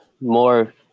more